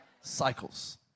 Cycles